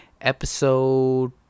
Episode